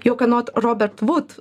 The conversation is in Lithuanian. jog anot robert wood